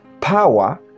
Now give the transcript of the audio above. Power